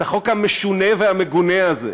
את החוק המשונה והמגונה הזה.